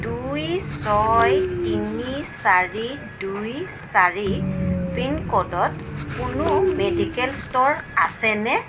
দুই ছয় তিনি চাৰি দুই চাৰি পিনক'ডত কোনো মেডিকেল ষ্ট'ৰ আছেনে